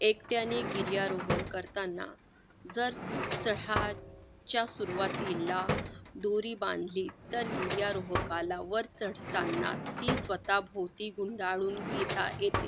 एकट्याने गिर्यारोहण करताना जर चढाच्या सुरवातीला दोरी बांधली तर गिर्यारोहकाला वर चढताना ती स्वतःभोवती गुंडाळून घेता येते